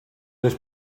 this